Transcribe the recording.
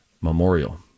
Memorial